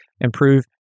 improve